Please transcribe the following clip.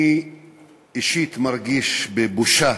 אני אישית מרגיש בושה